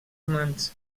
humans